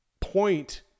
point